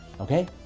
okay